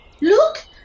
Look